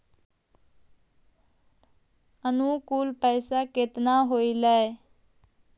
अनुकुल पैसा केतना होलय